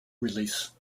release